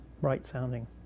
bright-sounding